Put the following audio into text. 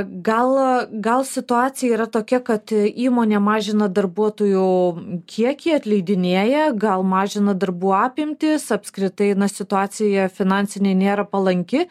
gal gal situacija yra tokia kad įmonė mažina darbuotojų kiekį atleidinėja gal mažina darbų apimtis apskritai na situacija finansinė nėra palanki